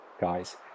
guys